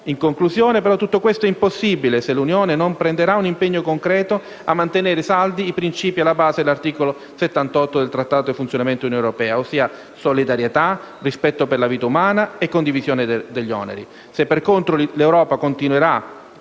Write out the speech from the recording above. internazionale. Ma tutto questo è impossibile se l'Unione non prenderà un impegno concreto a mantenere saldi i principi alla base dell'articolo 78 del Trattato sul funzionamento dell'Unione europea: solidarietà, rispetto per la vita umana e condivisione degli oneri.